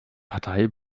partei